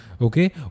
Okay